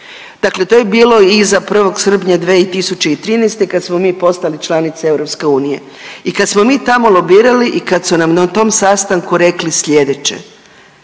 dakle to je bilo iza 1. srpnja 2013. kad smo mi postali članica EU, i kad smo mi tamo lobirali i kad su nam na tom sastanku rekli slijedeće,